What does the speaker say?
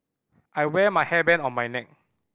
I wear my hairband on my neck